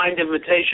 invitation